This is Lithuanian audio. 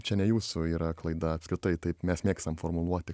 čia ne jūsų yra klaida apskritai taip mes mėgstam formuluoti